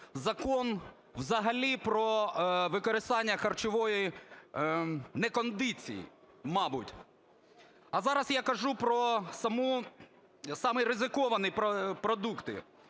закон взагалі про використання харчової некондиції, мабуть. А зараз я кажу про саме ризиковані продукти.